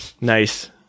Nice